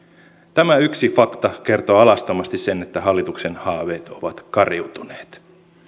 tämä yksi fakta kertoo alastomasti sen että hallituksen haaveet ovat kariutuneet